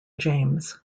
james